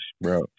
bro